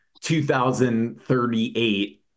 2038